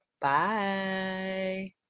Bye